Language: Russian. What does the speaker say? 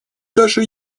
даже